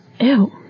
Ew